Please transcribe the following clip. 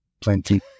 plenty